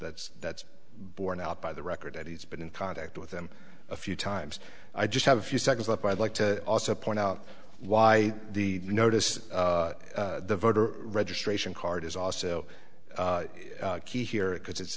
that's that's borne out by the record and he's been in contact with him a few times i just have a few seconds left i'd like to also point out why the notice the voter registration card is also key here because it's